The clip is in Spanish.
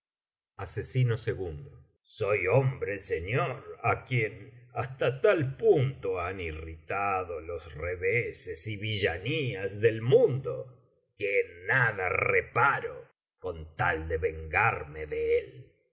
es desgraciada soy hombre señor á quien hasta tal punto han irritado los reveses y villanías del mundo que en nada reparo con tal de vengarme de él